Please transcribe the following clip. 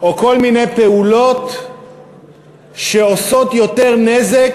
או כל מיני פעולות שעושות יותר נזק